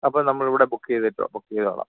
അപ്പോൾ നമ്മൾ ഇവിടെ ബുക്ക് ചെയ്തിട്ട് ബുക്ക് ചെയ്തോളാം